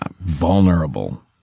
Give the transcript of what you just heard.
vulnerable